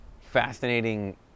fascinating